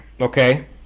Okay